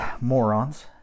morons